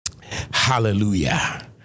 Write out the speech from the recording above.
Hallelujah